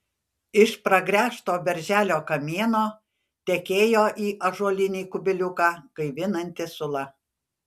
iš pragręžto berželio kamieno tekėjo į ąžuolinį kubiliuką gaivinanti sula